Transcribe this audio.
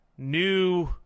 new